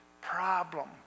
problem